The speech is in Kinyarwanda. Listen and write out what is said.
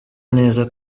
neza